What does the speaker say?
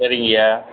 சரிங்கய்யா